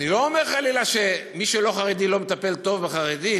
אני לא אומר חלילה שמי שלא חרדי לא מטפל טוב בחרדים,